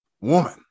woman